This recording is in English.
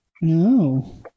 No